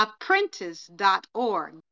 Apprentice.org